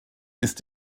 ist